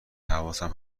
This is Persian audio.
حواسم